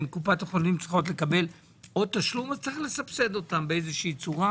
הן צריכות לקבל או תשלום או לסבסד אותן איכשהו יש לסבסד אותם.